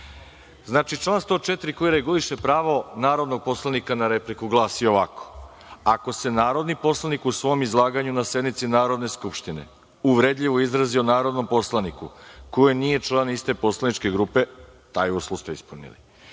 član 104. koji reguliše pravo narodnog poslanika na repliku glasi ovako - ako se narodni poslanik u svom izlaganju na sednici Narodne skupštine uvredljivo izrazi o narodnom poslaniku koji nije član iste poslaničke grupe, taj uslov ste ispunili,